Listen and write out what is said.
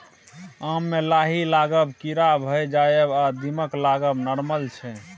आम मे लाही लागब, कीरा भए जाएब आ दीमक लागब नार्मल छै